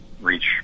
reach